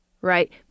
right